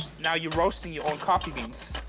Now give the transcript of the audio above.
now you're roasting your own coffee beans.